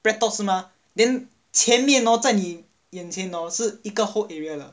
BreadTalk 是吗 then 前面 hor 在你眼前 hor 是一个 whole area 了